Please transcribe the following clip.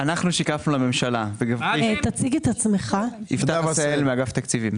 אנחנו שיקפנו לממשלה שיש עלות תקציבית